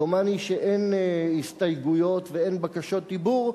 דומני שאין הסתייגויות ואין בקשות דיבור,